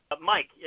Mike